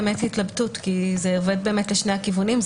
התלבטות כי זה עובד לשני הכיוונים,